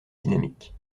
dynamique